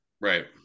Right